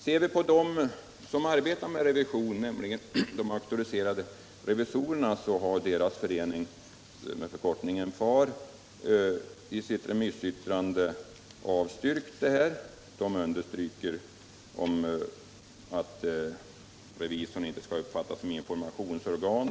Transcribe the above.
Ser vi på vad de som arbetar med revision, exempelvis de auktoriserade revisorerna, säger så finner vi att deras organisation, FAR, i sitt remissyttrande avstyrkt motionen. Organisationen understryker att revisorn inte skall uppfattas som informationsorgan.